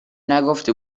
نگفته